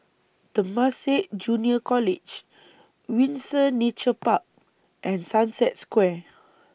Temasek Junior College Windsor Nature Park and Sunset Square